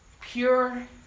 Pure